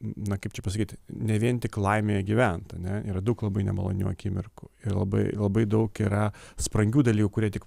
na kaip čia pasakyt ne vien tik laimėje gyvent ane yra daug labai nemalonių akimirkų ir labai labai daug yra sprangių dalykų kurie tik